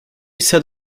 set